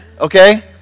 okay